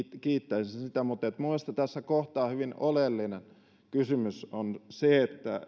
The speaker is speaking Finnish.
kiittäisin siitä mutta minun mielestä tässä kohtaa hyvin oleellinen kysymys on se